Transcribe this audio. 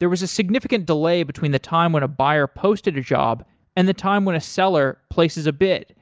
there was a significant delay between the time when a buyer posted a job and the time when a seller places a bid